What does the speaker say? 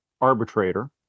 Arbitrator